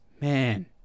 man